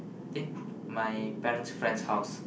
think my parent's friend's house